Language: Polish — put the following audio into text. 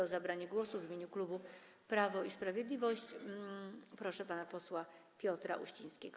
O zabranie głosu w imieniu klubu Prawo i Sprawiedliwość proszę pana posła Piotra Uścińskiego.